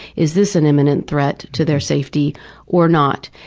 is this an imminent threat to their safety or not?